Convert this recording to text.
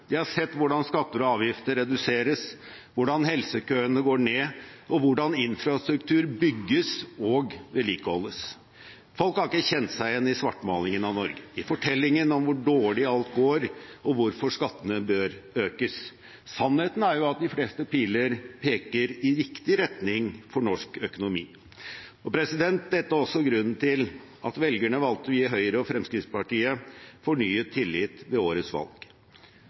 De har sett hvordan skatter og avgifter reduseres, hvordan helsekøene går ned, og hvordan infrastruktur bygges og vedlikeholdes. Folk har ikke kjent seg igjen i svartmalingen av Norge, i fortellingen om hvor dårlig alt går, og hvorfor skattene bør økes. Sannheten er jo at de fleste piler peker i riktig retning for norsk økonomi. Dette er også grunnen til at velgerne valgte å gi Høyre og Fremskrittspartiet fornyet tillit ved årets valg.